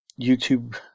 YouTube